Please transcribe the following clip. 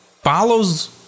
Follows